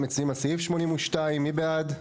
סעיף 82. מי בעד?